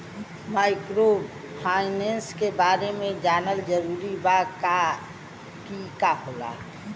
Microfinance के बारे में जानल जरूरी बा की का होला ई?